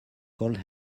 cold